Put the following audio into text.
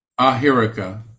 Ahirika